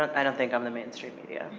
i don't think i'm the mainstream media,